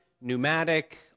pneumatic